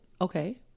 Okay